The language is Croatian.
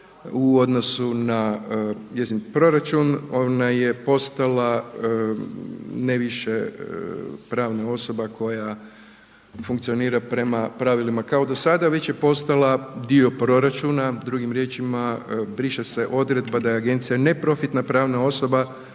u odnosu na njezin proračun. Ona je postala ne više pravna osoba koja funkcionira prema pravilima kao do sada već je postala dio proračuna, drugim riječima briše se odredba da je agencija neprofitna pravna osoba,